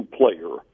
player